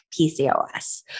PCOS